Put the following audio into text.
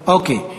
אוקיי.